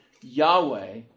Yahweh